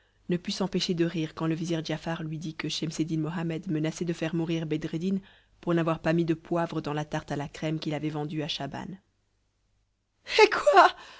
ne put s'empêcher de rire quand le vizir giafar lui dit que schemseddin mohammed menaçait de faire mourir bedreddin pour n'avoir pas mis de poivre dans la tarte à la crème qu'il avait vendue à schaban hé quoi